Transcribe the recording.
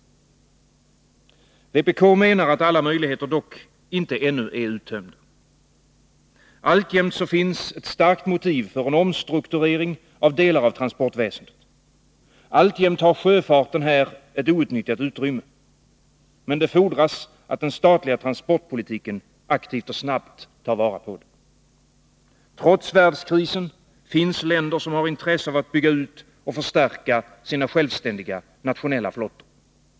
Vpk menar att alla möjligheter dock ännu inte är utdömda. Alltjämt finns ett starkt motiv för en omstrukturering av delar av transportväsendet. Alltjämt har sjöfarten här ett outnyttjat utrymme. Men det fordras att den statliga transportpolitiken aktivt och snabbt tar vara på det. Trots världskrisen finns det länder som har intresse av att bygga ut och förstärka sina självständiga nationella flottor.